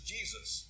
Jesus